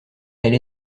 elle